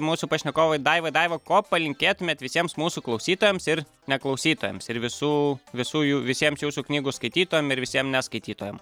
mūsų pašnekovui daivai daiva ko palinkėtumėt visiems mūsų klausytojams ir neklausytojams ir visų visų jų visiems jūsų knygų skaitytojam ir visiem skaitytojam